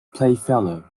playfellow